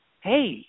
Hey